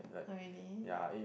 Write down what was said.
not really